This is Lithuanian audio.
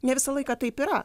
ne visą laiką taip yra